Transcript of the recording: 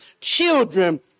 children